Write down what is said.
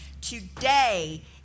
today